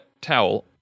towel